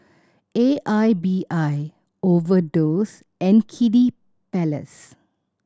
A I B I Overdose and Kiddy Palace